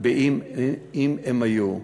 אם הן היו.